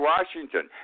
Washington